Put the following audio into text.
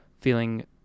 feeling